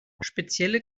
spezielle